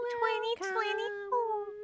2024